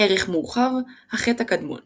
ערך מורחב – החטא הקדמון